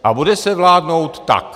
A bude se vládnout tak.